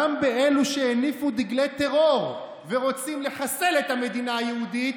גם באלו שהניפו דגלי טרור ורוצים לחסל את המדינה היהודית,